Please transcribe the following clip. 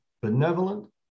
benevolent